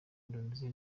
indonesia